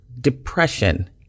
depression